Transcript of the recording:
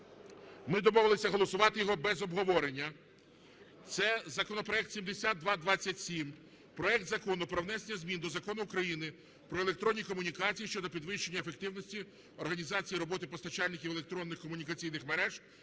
Ми домовилися голосувати його без обговорення. Це законопроект 7227. Проект Закону про внесення змін до Закону України "Про електронні комунікації" щодо підвищення ефективності організації роботи постачальників електронних комунікаційних мереж